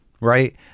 right